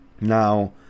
Now